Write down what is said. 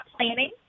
planning